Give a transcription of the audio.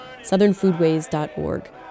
southernfoodways.org